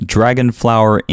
Dragonflower